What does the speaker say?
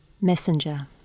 Messenger